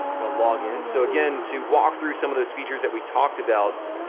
gonna log in. so again, to walk through some of those features that we talked about,